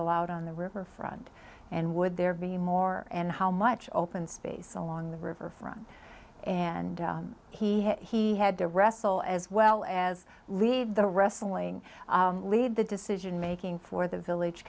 allowed on the river front and would there be more and how much open space along the river front and he had he had to wrestle as well as leave the wrestling lead the decision making for the village